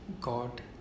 God